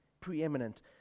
preeminent